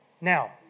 Now